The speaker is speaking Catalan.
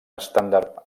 estàndard